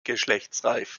geschlechtsreif